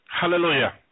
Hallelujah